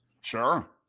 Sure